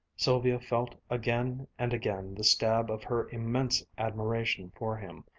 sylvia felt again and again the stab of her immense admiration for him,